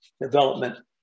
development